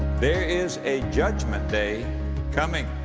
there is a judgment day coming.